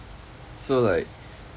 so like